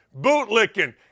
bootlicking